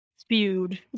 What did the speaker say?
spewed